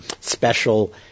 special